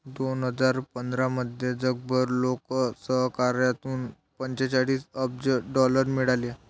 दोन हजार पंधरामध्ये जगभर लोकसहकार्यातून पंचेचाळीस अब्ज डॉलर मिळाले